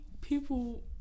people